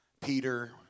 Peter